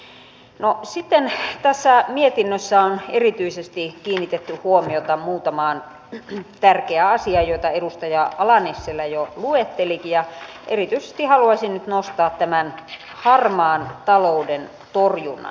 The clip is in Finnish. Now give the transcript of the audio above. no sitten tässä mietinnössä on erityisesti kiinnitetty huomiota muutamaan tärkeään asiaan joita edustaja ala nissilä jo luettelikin ja erityisesti haluaisin nyt nostaa tämän harmaan talouden torjunnan